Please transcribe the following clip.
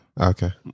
Okay